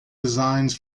designs